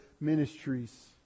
ministries